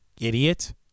idiot